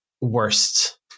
worst